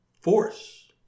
force